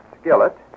skillet